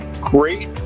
great